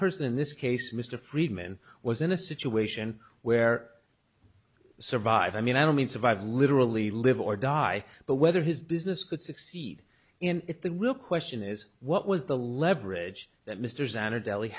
person in this case mr friedman was in a situation where survive i mean i don't mean survive literally live or die but whether his business could succeed in it the real question is what was the leverage that mr